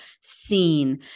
seen